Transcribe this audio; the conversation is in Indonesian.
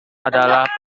adalah